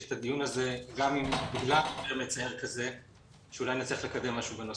את הדיון הזה שאולי נצליח לקדם משהו בנושא.